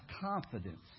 confidence